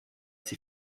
die